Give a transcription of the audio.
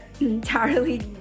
entirely